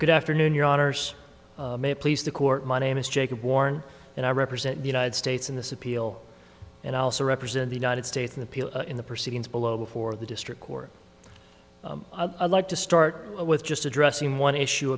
good afternoon your honour's may please the court my name is jacob warne and i represent the united states in this appeal and i also represent the united states of the people in the proceedings below before the district court allowed to start with just addressing one issue